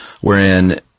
wherein